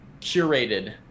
curated